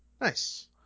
Nice